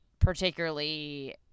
particularly